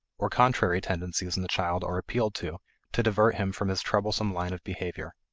or contrary tendencies in the child are appealed to to divert him from his troublesome line of behavior.